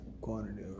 quantity